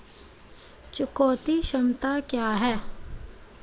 चुकौती क्षमता क्या है?